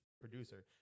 producer